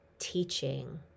Teaching